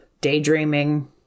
daydreaming